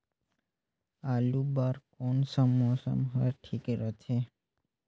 आलू बार कौन सा मौसम ह ठीक रथे?